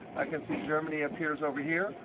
i can see germany appears over here.